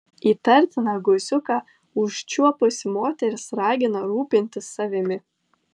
įtartiną guziuką užčiuopusi moteris ragina rūpintis savimi